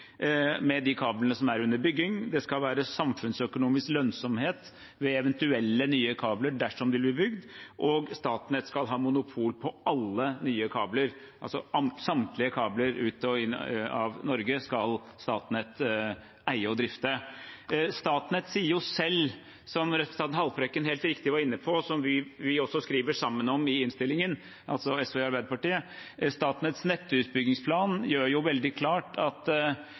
med de kablene som er under bygging, det skal være samfunnsøkonomisk lønnsomhet ved eventuelle nye kabler dersom de blir bygd, og Statnett skal ha monopol på alle nye kabler – altså at samtlige kabler ut og inn av Norge skal Statnett eie og drifte. Som representanten Haltbrekken helt riktig var inne på, og som vi også skriver sammen om i innstillingen, SV og Arbeiderpartiet, gjør Statnetts nettutbyggingsplan det veldig klart at